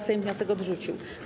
Sejm wniosek odrzucił.